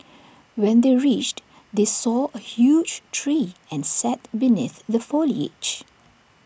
when they reached they saw A huge tree and sat beneath the foliage